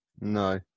no